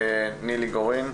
נילי גורין,